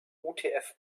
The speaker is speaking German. utf